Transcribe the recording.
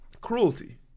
Cruelty